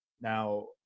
Now